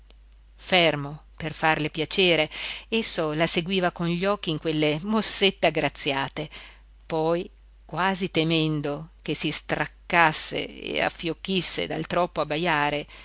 fermo per farle piacere esso la seguiva con gli occhi in quelle mossette aggraziate poi quasi temendo che si straccasse e affiochisse dal troppo abbajare